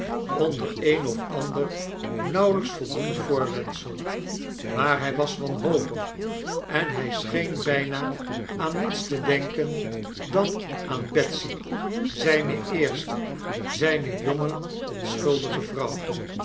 onder een of ander nauwelyks voldoend voorwendsel maar hy was wanhopig en hy scheen byna aan niets te denken dan aan betsy zyne eerste zyne jonge onschuldige vrouw